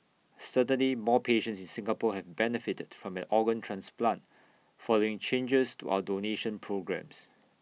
certainly more patients in Singapore have benefited from an organ transplant following changes to our donation programmes